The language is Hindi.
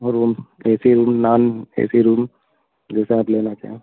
और room A C room ma'am A C room जैसे आप लेना चाहें